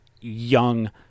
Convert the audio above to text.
young